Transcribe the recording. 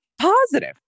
Positive